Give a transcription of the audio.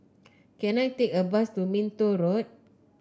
can I take a bus to Minto Road